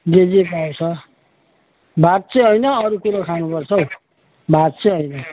जे जे पाउँछ भात चाहिँ होइन अरू कुरो खानु पर्छ हौ भात चाहिँ होइन